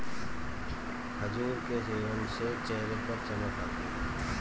खजूर के सेवन से चेहरे पर चमक आती है